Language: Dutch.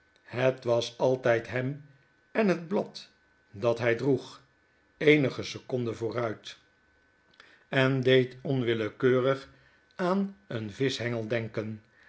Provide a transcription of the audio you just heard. het was altijd hem en het blad dat hy droeg eenige seconder vooruit en deed onwillekeurig aan een vischhengel denken